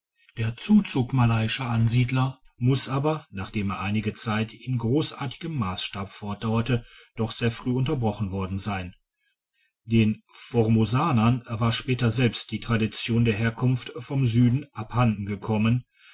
der zuzug malayischer ansiedler muss aber nachdem er einige zeit in grossartigem masstabe fortdauerte doch sehr früh unterbrochen worden sein den formosanern war später selbst die tradition der herkunft vom süden abhanden gekommen